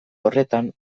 horretan